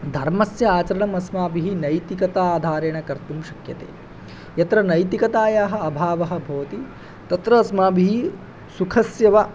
धर्मस्य आचरणमस्माभिः नैतिकताधारेण कर्तुं शक्यते यत्र नैतिकथायाः अभावः भवति तत्र अस्माभिः सुखस्य वा